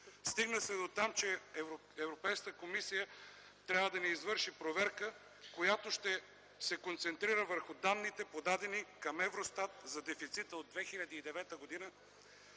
Стигна се до там, че Европейската комисия трябва да извърши проверка, която ще се концентрира върху данните, подадени към Евростат за дефицита от 2009 г.,